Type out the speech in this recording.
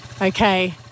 Okay